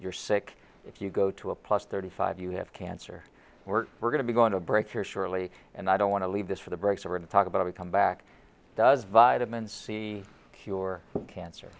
you're sick if you go to a plus thirty five you have cancer we're going to be going to break here shortly and i don't want to leave this for the breaks or to talk about a comeback does vitamin c cure cancer